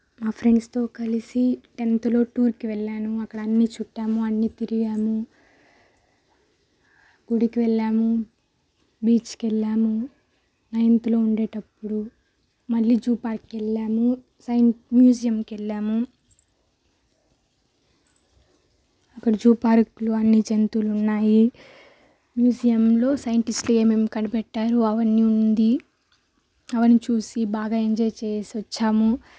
మా ఫ్రెండ్స్తో కలిసి టెన్త్లో టూర్కి వెళ్లాను అక్కడ అన్నీ చుట్టాము అన్నీ తిరిగాము గుడికి వెళ్లాము బీచ్కి వెళ్లాము నైన్త్లో ఉండేటప్పుడు మళ్ళి జూ పార్క్కి వెళ్లాను సైన్స్ మ్యూజియంకి వెళ్ళాము అక్కడ జూ పార్క్లో అన్ని జంతువులు ఉన్నాయి మ్యూజియంలో సైంటిస్టులు ఏమేమి కనిపెట్టారో అవన్నీ ఉంది అవన్నీ చూసి బాగా ఎంజాయ్ చేసేసి వచ్చాము